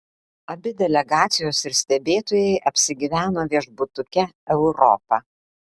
abi delegacijos ir stebėtojai apsigyveno viešbutuke europa